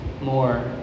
more